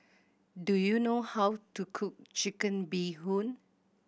do you know how to cook Chicken Bee Hoon